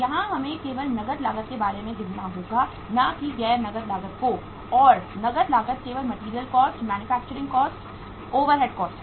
यहां हमें केवल नगद लागत के बारे में गिनना होगा ना कि गैर नगद लागत को और नगद लागत केवल material cost manufacturing cost overheads cost है